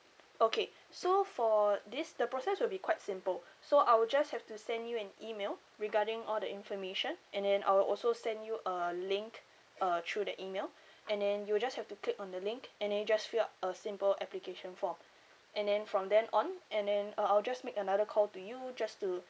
okay so for this the process will be quite simple so I will just have to send you an email regarding all the information and then I will also send you a link uh through the email and then you will just have to click on the link and then just fill up a simple application form and then from then on and then uh I'll just make another call to you know just to